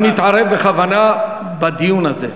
אני מתערב בכוונה בדיון הזה.